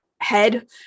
head